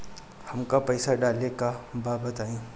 हमका पइसा डाले के बा बताई